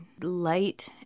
light